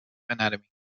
anatomy